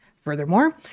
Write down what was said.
Furthermore